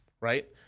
Right